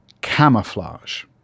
camouflage